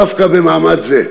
דווקא במעמד זה,